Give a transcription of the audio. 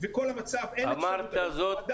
המסר הועבר.